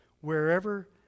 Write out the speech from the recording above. Wherever